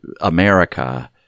America